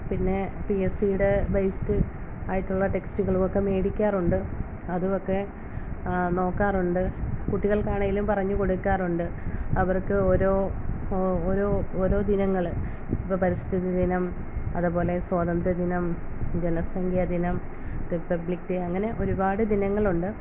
പിന്നെ P S സിടെ based ആയിട്ടുള്ള ടെക്സ്റ്റുകളുവൊക്കെ മേടിക്കാറുണ്ട് അതുവൊക്കെ നോക്കാറുണ്ട് കുട്ടികൾക്കാണേലും പറഞ്ഞ് കൊടുക്കാറുണ്ട് അവർക്ക് ഓരോ ഓരോ ഓരോ ദിനങ്ങൾ ഇപ്പം പരിസ്ഥിതി ദിനം അതേപോലെ സ്വാതന്ത്യദിനം അതേപോലെ ജനസംഖ്യാ ദിനം റിപ്പബ്ലിക് ഡേ അങ്ങനെ ഒരുപാട് ദിനങ്ങളുണ്ട്